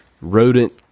Rodent